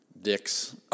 dicks